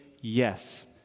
yes